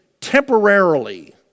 temporarily